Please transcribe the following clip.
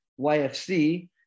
YFC